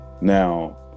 Now